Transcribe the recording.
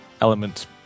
element